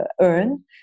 earn